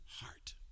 heart